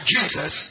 Jesus